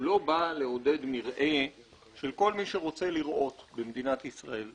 הוא לא בא לעודד מרעה של כל מי שרוצה לרעות במדינת ישראל,